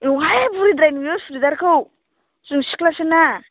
औहाय बुरिद्राय नुयो सुरिदारखौ जों सिख्लासो ना